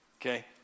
okay